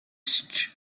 sikhs